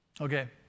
Okay